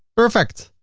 perfect!